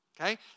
okay